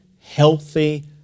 healthy